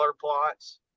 plots